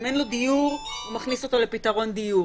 אם אין לו דיור הוא מכניס אותו לפתרון דיור,